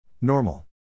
Normal